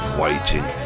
waiting